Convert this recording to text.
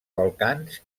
balcans